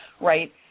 right